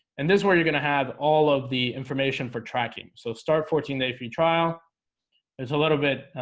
and this is where you're gonna have all of the information for tracking. so start fourteen day free trial it's a little bit.